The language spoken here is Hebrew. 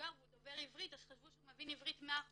מבוגר והוא דובר עברית אז חשבו שהוא מבין עברית מאה אחוז,